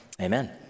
Amen